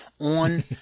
on